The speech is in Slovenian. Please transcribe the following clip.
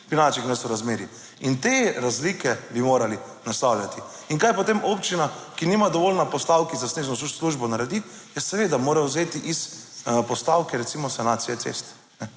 finančnih nesorazmerij in te razlike bi morali naslavljati. In kaj potem občina, ki nima dovolj na postavki za snežno službo naredi? Ja seveda mora vzeti iz postavke recimo sanacije cest.